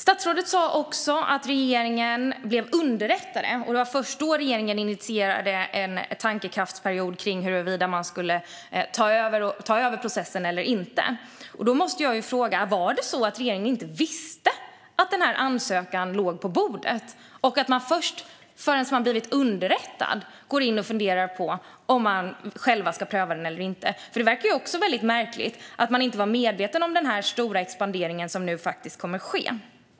Statsrådet sa också att regeringen blev underrättad och att det var först då regeringen initierade en tankekraftsperiod kring huruvida man skulle ta över processen eller inte. Då måste jag fråga: Var det så att regeringen inte visste att denna ansökan låg på bordet och att man först när man blev underrättad gick in och funderade på om man själv skulle pröva den eller inte? Det verkar ju väldigt märkligt att man inte var medveten om den stora expandering som nu faktiskt kommer att ske.